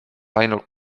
ainult